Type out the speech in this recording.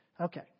Okay